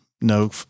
no